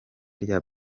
rya